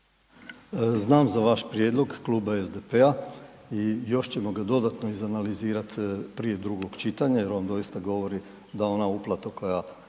Znam za vaš prijedlog Kluba SDP-a i još ćemo ga dodatno iz analizirati prije drugog čitanja jer on doista govori da ona uplata koja